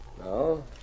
No